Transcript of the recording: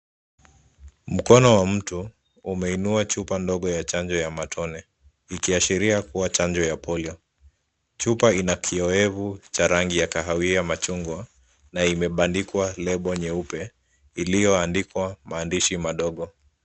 Mkono wa mtu umeinua chupa ndogo ya chanjo ya matone ikiashiria kuwa chanjo ya polio. Chupa ina kioyevu cha rangi ya kahawia machungwa na imebandikwa lebo nyeupe iliyoandikwa maandishi.